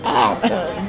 awesome